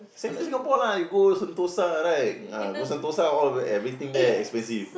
same like Singapore lah you go Sentosa right uh go Sentosa all everything there expensive